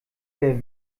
der